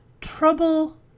Trouble